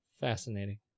Fascinating